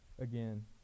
again